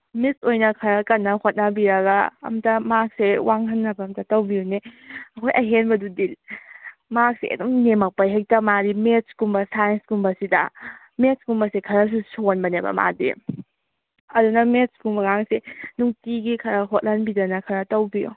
ꯃꯤꯁ ꯑꯣꯏꯅ ꯈꯔ ꯀꯟꯅ ꯍꯣꯠꯅꯕꯤꯔꯒ ꯑꯝꯇ ꯃꯥꯔꯛꯁꯦ ꯋꯥꯡꯍꯟꯅꯕ ꯑꯝꯇ ꯇꯧꯕꯤꯎꯅꯦ ꯑꯩꯈꯣꯏ ꯑꯍꯦꯟꯕꯗꯨꯗꯤ ꯃꯥꯔꯛꯁꯦ ꯑꯗꯨꯝ ꯅꯦꯝꯃꯛꯄ ꯍꯦꯛꯇ ꯃꯥꯗꯤ ꯃꯦꯠꯁꯀꯨꯝꯕ ꯁꯥꯏꯟꯁꯀꯨꯝꯕ ꯁꯤꯗ ꯃꯦꯠꯁꯀꯨꯝꯕꯁꯦ ꯈꯔꯁꯨ ꯁꯣꯟꯕꯅꯦꯕ ꯃꯥꯗꯤ ꯑꯗꯨꯅ ꯃꯦꯠꯁꯀꯨꯝꯕꯒꯁꯤ ꯅꯨꯡꯇꯤꯒꯤ ꯈꯔ ꯍꯣꯠꯍꯟꯕꯤꯗꯅ ꯈꯔ ꯇꯧꯕꯤꯌꯣ